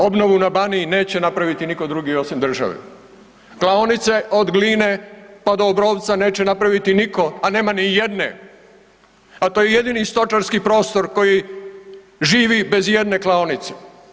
Obnovu na Baniji neće napraviti nitko drugi osim države, klaonice od Gline pa do Obrovca neće napraviti niko, a nema nijedne, a to je jedini stočarski prostor koji živi bez ijedne klaonice.